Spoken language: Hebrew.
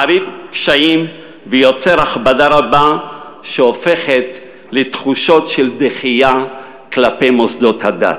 מערים קשיים ויוצר הכבדה רבה שהופכת לתחושות של דחייה כלפי מוסדות הדת.